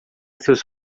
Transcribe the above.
seus